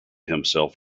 himself